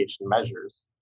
measures